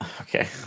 Okay